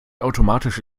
automatisch